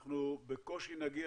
אנחנו בקושי נגיע